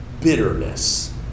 bitterness